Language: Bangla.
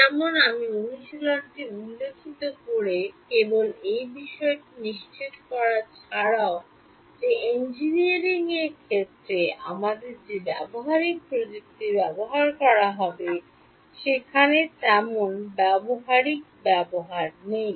যেমন আমি অনুশীলনে উল্লিখিতটি কেবল এই বিষয়টি নিশ্চিত করা ছাড়াও যে ইঞ্জিনিয়ারিংয়ের ক্ষেত্রে আমাদের যে ব্যবহারিক প্রযুক্তি ব্যবহার করা হবে সেখানে তেমন ব্যবহারিক ব্যবহার নেই